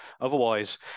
Otherwise